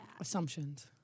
Assumptions